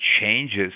changes